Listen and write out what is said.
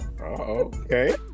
okay